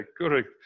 correct